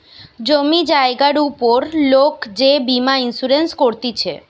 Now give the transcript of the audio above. জমি জায়গার উপর লোক যে বীমা ইন্সুরেন্স করতিছে